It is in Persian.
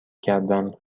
کردم